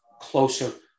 closer